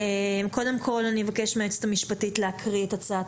אני אבקש מהיועצת המשפטית להקריא את הצעת